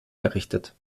errichtet